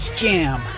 jam